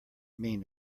mean